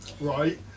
right